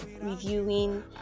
reviewing